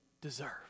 deserve